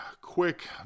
quick